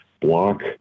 block